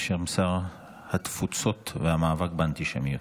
בשם שר התפוצות והמאבק באנטישמיות,